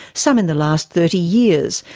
some in the last thirty years,